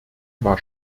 war